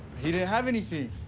he didn't have anything!